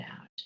out